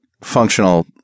functional